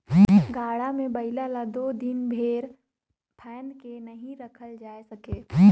गाड़ा मे बइला ल दो दिन भेर फाएद के नी रखल जाए सके